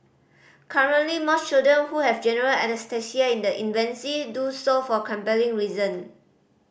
currently most children who have general anaesthesia in the infancy do so for compelling reason